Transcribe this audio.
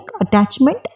attachment